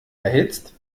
erhitzt